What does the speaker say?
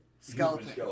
skeleton